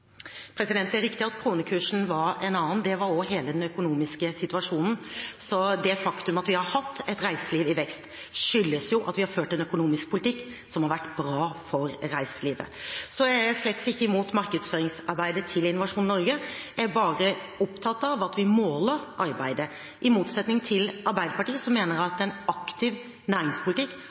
Det er riktig at kronekursen var en annen. Det var også hele den økonomiske situasjonen. Så det faktumet at vi har hatt et reiseliv i vekst, skyldes jo at vi har ført en økonomisk politikk som har vært bra for reiselivet. Jeg er slettes ikke imot markedsføringsarbeidet til Innovasjon Norge, jeg er bare opptatt av at vi måler arbeidet. I motsetning til Arbeiderpartiet mener jeg at en aktiv næringspolitikk